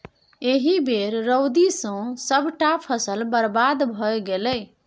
एहि बेर रौदी सँ सभटा फसल बरबाद भए गेलै